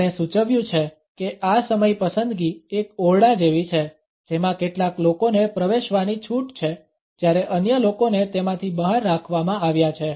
તેમણે સૂચવ્યું છે કે આ સમય પસંદગી એક ઓરડા જેવી છે જેમાં કેટલાક લોકોને પ્રવેશવાની છૂટ છે જ્યારે અન્ય લોકોને તેમાંથી બહાર રાખવામાં આવ્યા છે